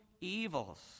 evils